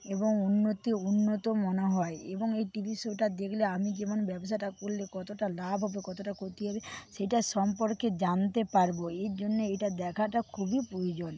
এবং উন্নতি উন্নত মনে হয় এবং এই টিভি শোটা দেখলে আমি যেমন ব্যবসাটা করলে কতটা লাভ হবে কতটা ক্ষতি হবে সেটার সম্পর্কে জানতে পারব এই জন্য এটা দেখাটা খুবই প্রয়োজন